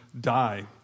die